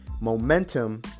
Momentum